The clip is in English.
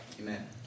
Amen